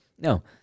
No